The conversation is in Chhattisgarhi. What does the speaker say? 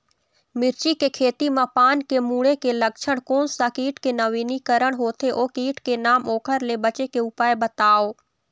मिर्ची के खेती मा पान के मुड़े के लक्षण कोन सा कीट के नवीनीकरण होथे ओ कीट के नाम ओकर ले बचे के उपाय बताओ?